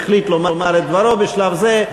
והחליט לומר את דברו בשלב זה,